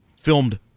filmed